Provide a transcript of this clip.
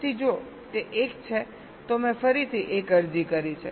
તેથી જો તે 1 છે તો મેં ફરીથી 1 અરજી કરી છે